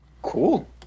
Cool